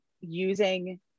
using